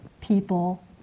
people